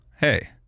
hey